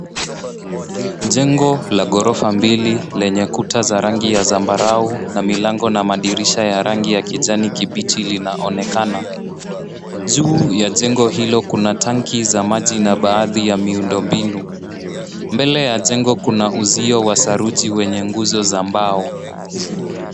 Jengo la ghorofa mbili lenye kuta za rangi ya zambarao, na milango na madirisha ya rangi ya kijani kibichi linaonekana. Juu ya jengo hilo, kuna tanki za maji na baadhi ya miundo mbinu. Mbele ya jengo kuna uzio wa saruji wenye nguzo za mbao.